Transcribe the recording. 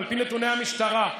על פי נתוני המשטרה,